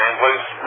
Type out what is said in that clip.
please